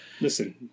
Listen